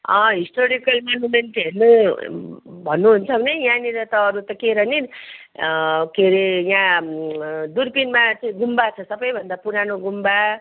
historical monument हेर्नु भन्नुहुन्छ भने यहाँनिर त अरू त के र नि के अरे यहाँ दुर्पिनमा चाहिँ गुम्बा छ सबैभन्दा पुरानो गुम्बा